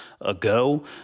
ago